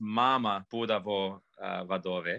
mama būdavo vadovė